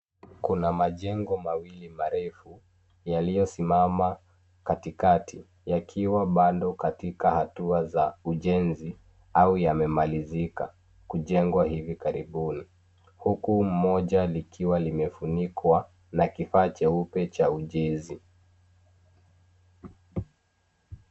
Kuna majengo mawili marefu yaliyosimama katikati, yakiwa bado katika hatua za ujenzi au yamemalizika kujengwa hivi karibuni, huku mmoja likiwa limefunikwa na kifaa cheupe cha ujenzi.